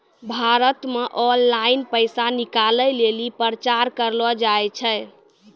भारत मे ऑनलाइन पैसा निकालै लेली प्रचार करलो जाय छै